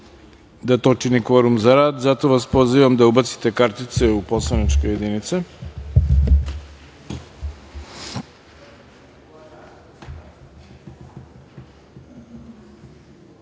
da to čini kvorum za rad, zato vas pozivam da ubacite kartice u poslaničke